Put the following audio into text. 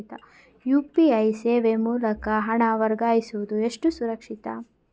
UPI ಸೇವೆ ಮೂಲಕ ಹಣ ವರ್ಗಾಯಿಸುವುದು ಎಷ್ಟು ಸುರಕ್ಷಿತ?